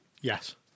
Yes